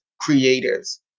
creators